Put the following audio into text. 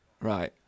Right